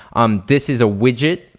um this is a widget,